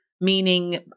meaning